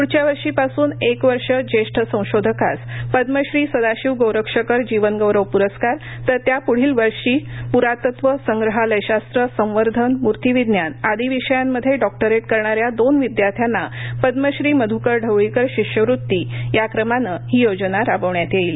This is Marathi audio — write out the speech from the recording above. प्ढच्या वर्षी पासून एक वर्ष ज्येष्ठ संशोधकास पद्मश्री सदाशिव गोरक्षकर जीवनगौरव प्रस्कार तर त्या प्ढील वर्षी प्रातत्व संग्रहालय शास्त्र संवर्धन म्र्तिविज्ञान आदी विषयांमध्ये डॉक्टरेट करणाऱ्या दोन विद्यार्थ्यांना पद्मश्री मधूकर ढवळीकर शिष्यवृती याक्रमानं ही योजना राबवण्यात येईल